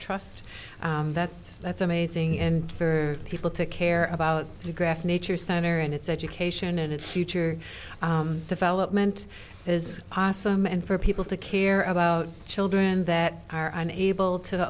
trust that's that's amazing and for people to care about the graphic nature center and its education and its future development is awesome and for people to care about children that are unable to